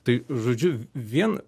tai žodžiu vien